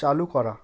চালু করা